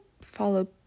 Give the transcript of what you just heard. follow